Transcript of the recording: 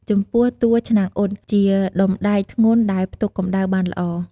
ចំពោះ តួឆ្នាំងអ៊ុត ជាដុំដែកធ្ងន់ដែលផ្ទុកកម្ដៅបានល្អ។